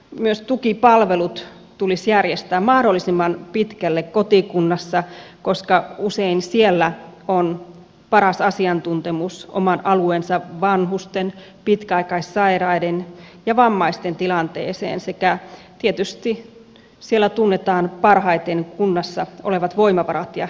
myös tukipalvelut tulisi järjestää mahdollisimman pitkälle kotikunnassa koska usein siellä on paras asiantuntemus oman alueen vanhusten pitkäaikaissairaiden ja vammaisten tilanteeseen sekä tietysti siellä tunnetaan parhaiten kunnassa olevat voimavarat ja ne tukipalvelut